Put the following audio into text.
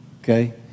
Okay